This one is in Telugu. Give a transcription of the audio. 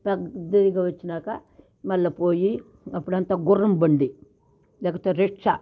పెద్దదిగా వచ్చినాకా మళ్ళీ పోయి అప్పుడంతా గుర్రంబండి లేకపోతే రిక్షా